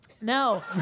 No